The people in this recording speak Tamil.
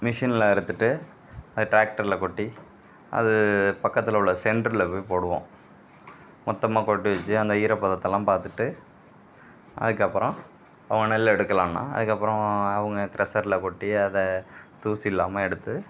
மிஷினில் அறுத்துவிட்டு அதை ட்ராக்டரில் கொட்டி அது பக்கத்தில் உள்ள சென்டரில் போய் போடுவோம் மொத்தமாக போட்டு வச்சு அந்த ஈர பதத்தலாம் பார்த்துட்டு அதுக்கப்புறம் அவங்க நெல் எடுக்கலைனா அதுக்கப்புறம் அவங்க க்ரஸரில் கொட்டி அதை தூசி இல்லாமல் எடுத்து